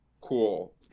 cool